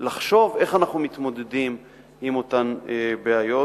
לחשוב איך אנחנו מתמודדים עם אותן בעיות,